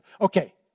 Okay